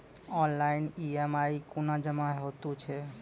Online EMI कूना जमा हेतु छै?